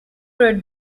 road